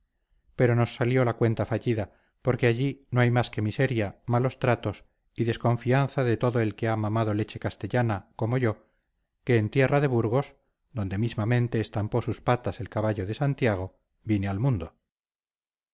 pero nos salió la cuenta fallida porque allí no hay más que miseria malos tratos y desconfianza de todo el que ha mamado leche castellana como yo que en tierra de burgos donde mismamente estampó sus patas el caballo de santiago vine al mundo